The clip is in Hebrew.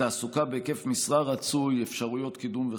תעסוקה בהיקף משרה רצוי ואפשרויות קידום.